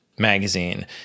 Magazine